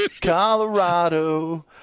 Colorado